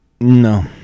No